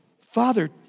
Father